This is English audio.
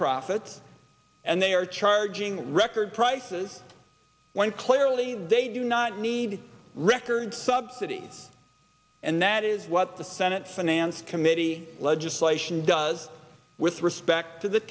profits and they are charging record prices when clearly they do not need record subsidy and that is what the senate finance committee legislation does with respect to the